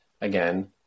again